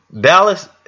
Dallas